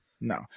no